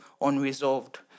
unresolved